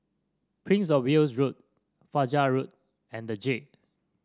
Prince Of Wales Road Fajar Road and the Jade